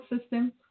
system